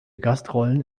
gastrollen